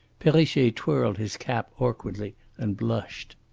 perrichet twirled his cap awkwardly and blushed.